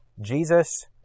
Jesus